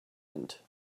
vent